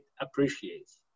appreciates